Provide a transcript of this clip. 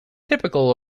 typical